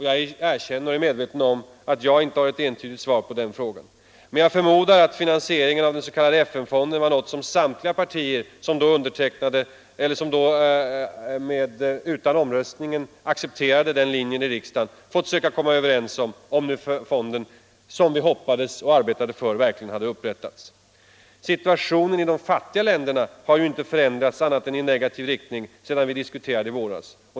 Jag är medveten om och erkänner att jag inte har ett entydigt svar på den frågan. Men jag förmodar att finansieringen av den s.k. FN-fonden var något som samtliga partier, som utan omröstning accepterade den linjen, fått söka komma överens om, ifall fonden som vi hoppades verkligen hade upprättats. Situationen i de fattiga länderna har inte förändrats annat än i negativ riktning sedan vi diskuterade i våras.